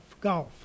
Golf